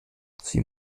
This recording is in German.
sie